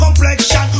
complexion